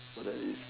so that is